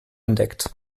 entdeckt